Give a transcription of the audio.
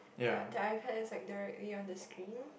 yeah the iPad is like directly on the screen